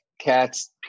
cats